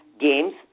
games